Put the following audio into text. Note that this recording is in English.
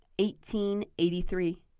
1883